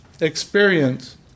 experience